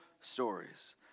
stories